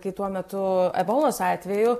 kai tuo metu ebolos atveju